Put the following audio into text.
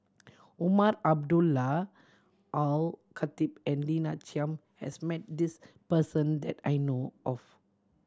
Umar Abdullah Al Khatib and Lina Chiam has met this person that I know of